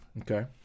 Okay